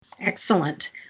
Excellent